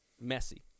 messy